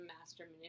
master